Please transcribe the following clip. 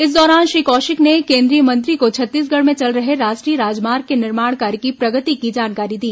इस दौरान श्री कौशिक ने केंद्रीय मंत्री को छत्तीसगढ़ में चल रहे राष्ट्रीय राजमार्ग के निर्माण कार्य की प्रगति की जानकारी दी